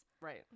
Right